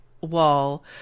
wall